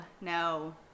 no